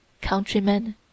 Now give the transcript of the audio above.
countrymen